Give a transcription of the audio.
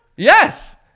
Yes